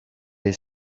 his